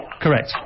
Correct